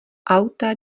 auta